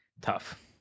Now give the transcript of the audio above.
tough